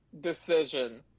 decision